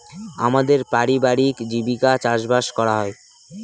আমাদের পারিবারিক জীবিকা চাষবাস করা হয়